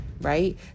right